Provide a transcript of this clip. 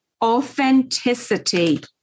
Authenticity